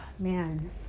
Man